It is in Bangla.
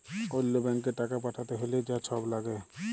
অল্য ব্যাংকে টাকা পাঠ্যাতে হ্যলে যা ছব ল্যাগে